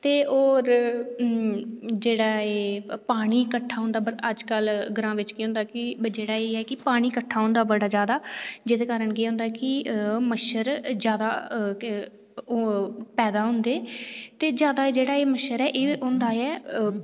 ते होर जेह्ड़ा एह् पानी कट्ठा होंदा पर अज्जकल एह् ऐ की पानी कट्ठा होंदा जादा अज्जकल ते जेह्दे कारण केह् होंदा कि मच्छर जादै पैदा होंदे ते जादै एह् जेह्ड़ा मच्छर ऐ एह् होंदे